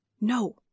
No